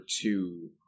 two